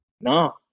no